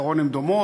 בעיקרון הן דומות.